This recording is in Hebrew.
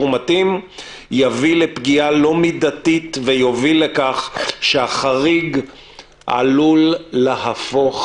מתאים יבוא לפגיעה לא מידתית ויוביל לכך שהחריג עלול להפוך